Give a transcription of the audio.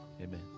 amen